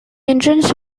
entrance